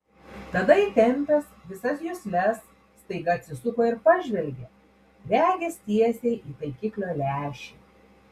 tada įtempęs visas jusles staiga atsisuko ir pažvelgė regis tiesiai į taikiklio lęšį